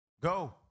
Go